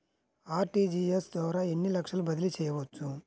RTGS ద్వారా ఎన్ని లక్షలు బదిలీ చేయవచ్చు?